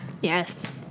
Yes